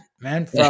man